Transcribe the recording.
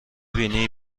بینی